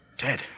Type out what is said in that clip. Dead